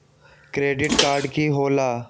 Credit card की होला?